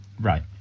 right